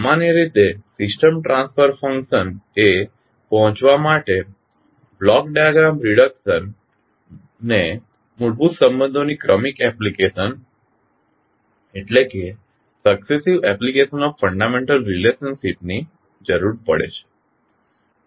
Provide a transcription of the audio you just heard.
સામાન્ય રીતે system transfer function એ પહોચવા માટે બ્લોક ડાયાગ્રામ રિડક્શન ને મૂળભૂત સંબંધોની ક્રમિક એપ્લિકેશન ની જરૂર પડે છે